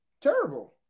terrible